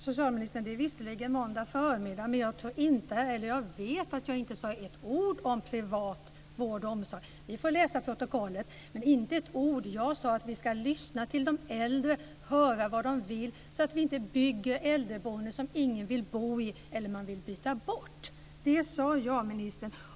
Fru talman! Det är visserligen måndag förmiddag, socialministern, men jag vet att jag inte sade ett ord om privat vård och omsorg. Vi får läsa protokollet sedan. Jag sade att vi ska lyssna till de äldre och höra vad de vill så att vi inte bygger äldreboende som ingen vill bo i eller som man vill byta bort. Det var vad jag sade, ministern.